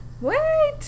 Wait